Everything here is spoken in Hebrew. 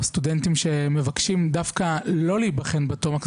סטודנטים שמבקשים דווקא לא להיבחן בתומקס,